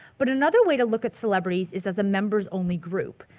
but another way to look at celebrities is as a member's only group.